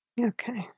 Okay